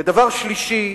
והדבר השלישי,